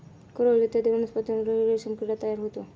coral इत्यादी वनस्पतींवरही रेशीम किडा तयार होतो